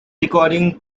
recording